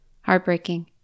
Heartbreaking